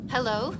Hello